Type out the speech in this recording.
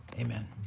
Amen